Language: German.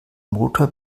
motor